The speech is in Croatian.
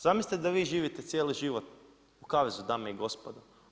Zamislite da vi živite cijeli život u kavezu dame i gospodo.